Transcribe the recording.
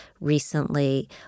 recently